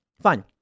fine